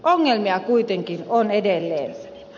ongelmia kuitenkin on edelleen